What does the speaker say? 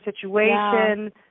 situation